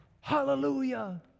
hallelujah